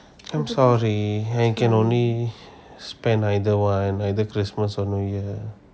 looks likely I can only spend either one either christmas or new year